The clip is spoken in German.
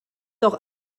doch